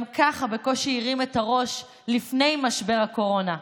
גם ככה בקושי הרים את הראש לפני משבר הקורונה,